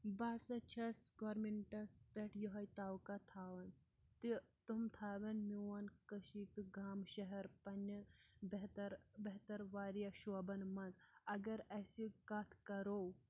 بہٕ ہسا چھٮ۪س گورنمیٚںٹَس پٮ۪ٹھ یِہَے توکا تھَوان تہِ تِم تھَون میون کٔشیٖر تہٕ گامہٕ شَہر پںنہِ بہتر بہتر واریاہ شعبَن منٛز اگر اَسہِ کَتھ کَرو